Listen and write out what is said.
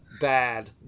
bad